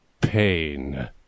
pain